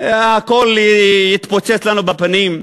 הכול יתפוצץ לנו בפנים,